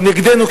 או נגדנו,